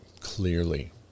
clearly